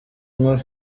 inkuru